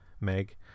Meg